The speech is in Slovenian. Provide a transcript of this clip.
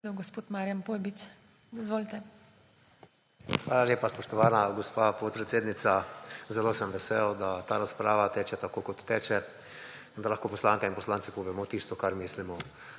MARIJAN POJBIČ (PS SDS): Hvala lepa, spoštovana gospa podpredsednica. Zelo sem vesel, da ta razprava teče tako kot teče, da lahko poslanke in poslanci povemo tisto, kar mislimo,